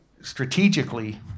strategically